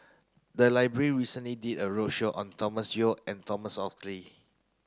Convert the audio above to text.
the library recently did a roadshow on Thomas Yeo and Thomas Oxley